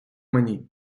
мені